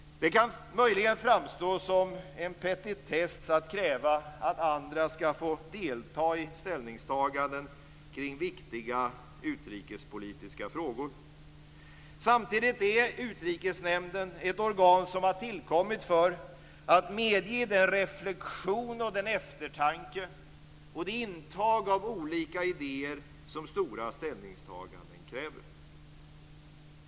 Det kan möjligen framstå som en petitess att kräva att andra ska få delta i ställningstaganden kring viktiga utrikespolitiska frågor. Samtidigt är Utrikesnämnden ett organ som har tillkommit för att medge den reflexion, den eftertanke och det intag av olika idéer som stora ställningstaganden kräver.